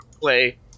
play